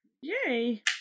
Yay